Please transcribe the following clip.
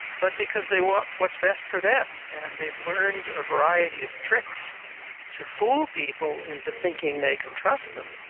but because they want what's best for them and they've learned a variety of tricks to fool people into thinking they can trust them.